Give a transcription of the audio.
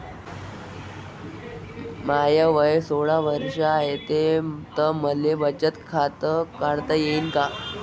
माय वय सोळा वर्ष हाय त मले बचत खात काढता येईन का?